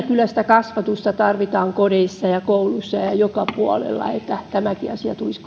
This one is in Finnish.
kyllä sitä kasvatusta tarvitaan kodeissa ja kouluissa ja ja joka puolella että tämäkin asia tulisi